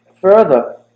further